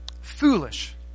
foolish